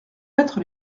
mettre